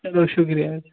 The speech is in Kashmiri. چلو شُکریہ حظ